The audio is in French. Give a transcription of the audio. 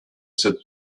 cette